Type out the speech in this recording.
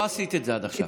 לא עשית את זה עד עכשיו.